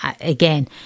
Again